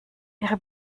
ihre